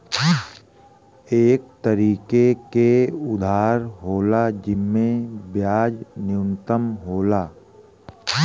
एक तरीके के उधार होला जिम्मे ब्याज न्यूनतम होला